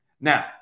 Now